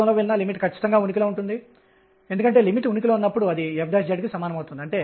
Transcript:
6Z2n2 electron వోల్ట్ల కి సమానంగా ఉంటుంది